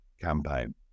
campaign